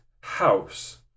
house